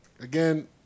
Again